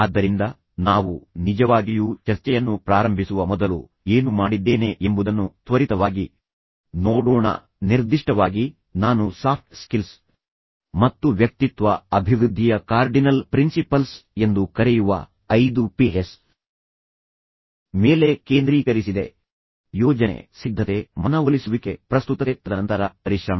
ಆದ್ದರಿಂದ ನಾವು ನಿಜವಾಗಿಯೂ ಚರ್ಚೆಯನ್ನು ಪ್ರಾರಂಭಿಸುವ ಮೊದಲು ನಾನು ಮೊದಲು ಏನು ಮಾಡಿದ್ದೇನೆ ಎಂಬುದನ್ನು ತ್ವರಿತವಾಗಿ ನೋಡೋಣ ನಿರ್ದಿಷ್ಟವಾಗಿ ನಾನು ಸಾಫ್ಟ್ ಸ್ಕಿಲ್ಸ್ ಮತ್ತು ವ್ಯಕ್ತಿತ್ವ ಅಭಿವೃದ್ಧಿಯ ಕಾರ್ಡಿನಲ್ ಪ್ರಿನ್ಸಿಪಲ್ಸ್ ಎಂದು ಕರೆಯುವ ಐದು Ps ಮೇಲೆ ಕೇಂದ್ರೀಕರಿಸಿದೆ ಯೋಜನೆ ಸಿದ್ಧತೆ ಮನವೊಲಿಸುವಿಕೆ ಪ್ರಸ್ತುತತೆ ತದನಂತರ ಪರಿಶ್ರಮ